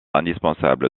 indispensable